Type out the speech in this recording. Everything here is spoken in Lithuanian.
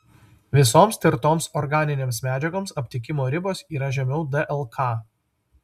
visoms tirtoms organinėms medžiagoms aptikimo ribos yra žemiau dlk